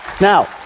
Now